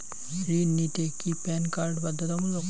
ঋণ নিতে কি প্যান কার্ড বাধ্যতামূলক?